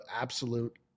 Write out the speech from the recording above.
absolute